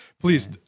please